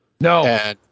No